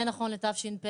זה נכון לתשפ"ב.